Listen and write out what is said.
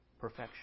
perfection